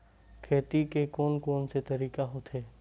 खेती के कोन कोन से तरीका होथे?